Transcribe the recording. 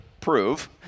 prove